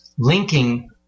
Linking